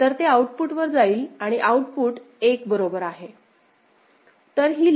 तर ते आउटपुट वर जाईल आणि आउटपुट 1 बरोबर आहे